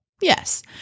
Yes